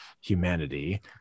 humanity